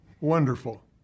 wonderful